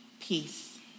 peace